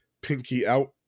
pinky-out